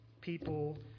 people